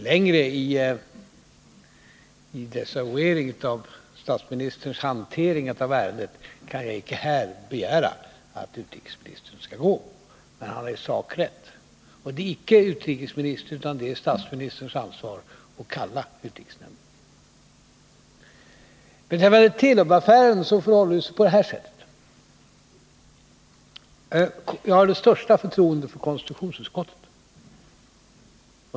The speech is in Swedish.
Längre i desavouering av statsministerns hantering av ärendet kan jag icke begära att utrikesministern skall gå. Men han har i sak rätt, och det är icke utrikesministerns utan statsministerns ansvar att kalla utrikesnämnden. Beträffande Telubaffären förhåller det sig på det här sättet. Jag har det största förtroende för konstitutionsutskottet.